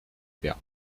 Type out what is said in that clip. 列表